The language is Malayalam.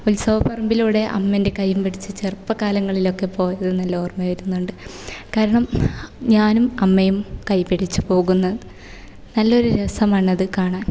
ഉൽസവപ്പറമ്പിലൂടെ അമ്മേൻ്റെ കൈയും പിടിച്ചു ചെറുപ്പ കാലങ്ങളിലൊക്കെ പോയത് നല്ല ഓര്മ്മ വരുന്നുണ്ട് കാരണം ഞാനും അമ്മയും കൈപിടിച്ച് പോകുന്നത് നല്ല ഒരു രസമാണ് അത് കാണാന്